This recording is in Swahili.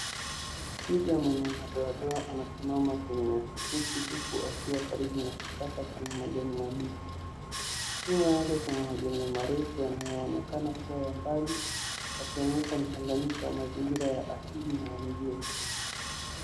Twiga mwenye madoadoa anasimama kwenye nyasi fupi huku akiwa karibu na kichaka chenye majani mabichi. Nyuma yake kuna majengo marefu yanayoonekana kuwa ya mbali yakionyesha mchanganyiko wa mazingira ya asili na ya mijini.